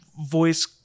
voice